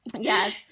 Yes